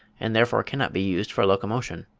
and therefore cannot be used for locomotion.